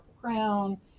Crown